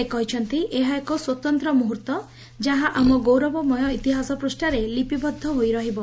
ସେ କହିଛନ୍ତି ଏହା ସ୍ୱତନ୍ତ ମୁହର୍ଉ ଯାହା ଆମ ଗୌରମୟ ଇତିହାସ ପୃଷ୍ଚାରେ ଲିପିବଦ୍ଧ ହୋଇ ରହିବ